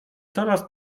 coraz